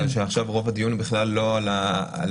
שעכשיו רוב הדיון הוא בכלל לא על הנוסח,